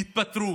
יתפטרו.